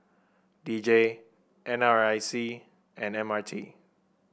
D J N R I C and M R T